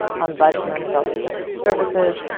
ombudsmen, adult protective services,